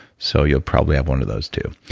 so you'll probably have one of those too,